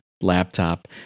laptop